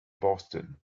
boston